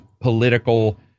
political